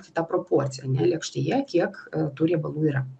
ta proporcija ane lėkštėje kiek tų riebalų yra